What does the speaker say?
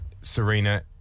Serena